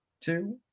two